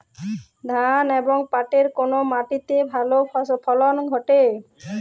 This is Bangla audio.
ধান এবং পাটের কোন মাটি তে ভালো ফলন ঘটে?